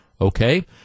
Okay